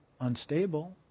unstable